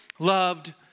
loved